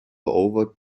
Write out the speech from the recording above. over